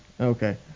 Okay